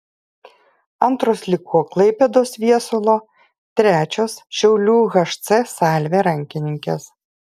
antros liko klaipėdos viesulo trečios šiaulių hc salvė rankininkės